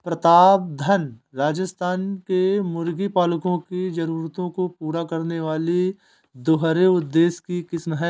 प्रतापधन राजस्थान के मुर्गी पालकों की जरूरतों को पूरा करने वाली दोहरे उद्देश्य की किस्म है